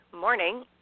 morning